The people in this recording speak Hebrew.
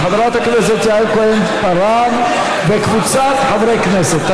של חברת הכנסת יעל כהן-פארן וקבוצת חברי הכנסת.